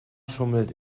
schummelt